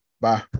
bye